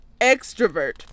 extrovert